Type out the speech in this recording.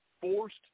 forced